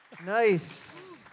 Nice